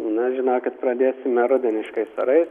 na žinokit pradėsime rudeniškais orais